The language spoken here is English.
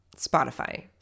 Spotify